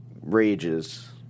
rages